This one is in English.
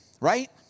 right